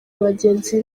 bagenzi